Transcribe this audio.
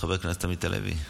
חבר הכנסת עמית הלוי.